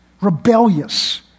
rebellious